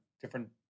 different